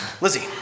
Lizzie